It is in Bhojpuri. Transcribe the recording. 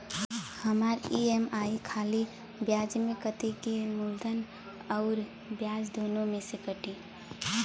हमार ई.एम.आई खाली ब्याज में कती की मूलधन अउर ब्याज दोनों में से कटी?